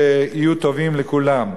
שיהיו טובות לכולם.